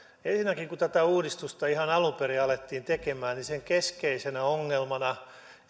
ensinnäkin kun tätä uudistusta ihan alun perin alettiin tekemään keskeisenä ongelmana